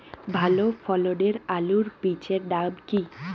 ভালো ফলনের আলুর বীজের নাম কি?